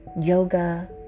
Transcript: yoga